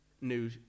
new